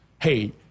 hey